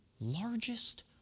largest